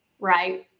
Right